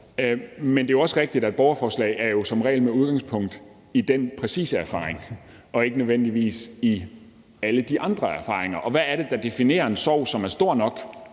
men det er også rigtigt, at borgerforslag jo som regel er med udgangspunkt i den præcise erfaring og ikke nødvendigvis i alle de andre erfaringer. Og hvad er det, der definerer en sorg, som er stor nok